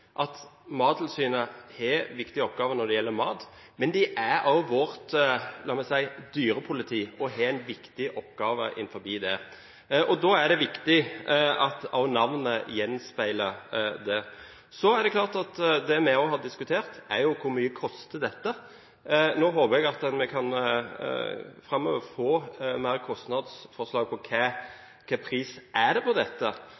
at Mattilsynet har viktige oppgaver når det gjelder mat, men de er også vårt dyrepoliti og har en viktig oppgave innenfor det. Da er det viktig at også navnet gjenspeiler dette. Det vi også har diskutert, er hvor mye dette vil koste. Nå håper jeg at vi framover kan få flere forslag på prisen på dette,